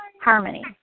harmony